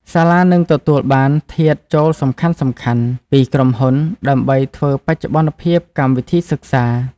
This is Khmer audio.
សាលានឹងទទួលបានធាតុចូលសំខាន់ៗពីក្រុមហ៊ុនដើម្បីធ្វើបច្ចុប្បន្នភាពកម្មវិធីសិក្សា។